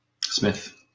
Smith